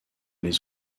les